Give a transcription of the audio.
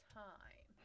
time